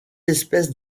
espèces